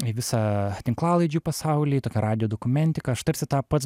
į visą tinklalaidžių pasaulį tokia radijo dokumentika aš tarsi tą pats